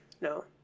No